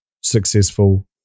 successful